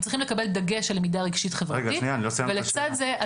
הם צריכים לקבל דגש על למידה רגשית חברתית ולצד זה,